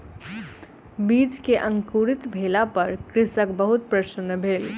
बीज के अंकुरित भेला पर कृषक बहुत प्रसन्न भेल